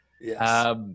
Yes